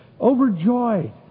overjoyed